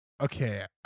Okay